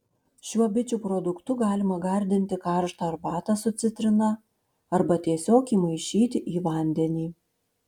šiuo bičių produktu galima gardinti karštą arbatą su citrina arba tiesiog įmaišyti į vandenį